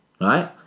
right